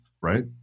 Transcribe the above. right